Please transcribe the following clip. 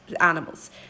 animals